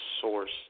source